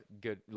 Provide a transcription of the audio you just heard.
good